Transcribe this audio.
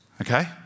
Okay